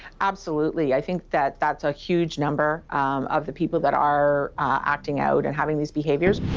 absolutely, i think that that's a huge number of the people that are acting out and having these behaviours.